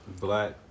Black